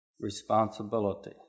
responsibility